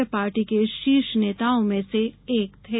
वे party के शीर्ष नेताओं में से एक थे